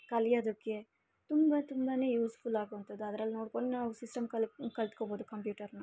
ಕಲಿಯೋದಕ್ಕೆ ತುಂಬ ತುಂಬ ಯೂಸ್ಫುಲ್ ಆಗೋವಂಥದ್ದು ಅದ್ರಲ್ಲಿ ನೋಡ್ಕೊಂಡು ನಾವು ಸಿಸ್ಟಮ್ ಕಲಿತ್ಕೊಬೋದು ಕಂಪ್ಯೂಟರ್ನ